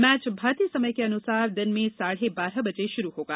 match भारतीय समय के अनुसार दिन में साढ़ बारह बजे शुरू होगा